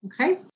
okay